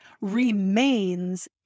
remains